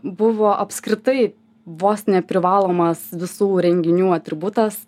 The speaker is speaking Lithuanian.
buvo apskritai vos ne privalomas visų renginių atributas